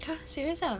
!huh! serious ah